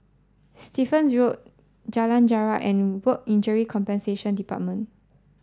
Stevens Road Jalan Jarak and Work Injury Compensation Department